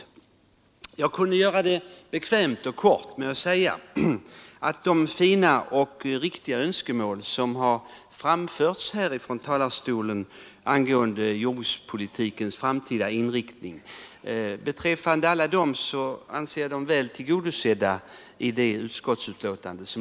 83 Jag kunde göra det bekvämt och kort med att säga att jag anser att alla de fina och riktiga önskemål som framförts från talarstolen i dag angående jordbrukspolitikens framtida inriktning är väl tillgodosedda i föreliggande utskottsbetänkande.